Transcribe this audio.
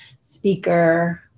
speaker